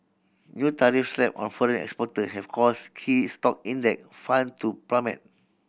new tariffs slapped on foreign exporter have caused key stock index fund to plummet